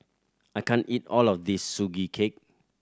I can't eat all of this Sugee Cake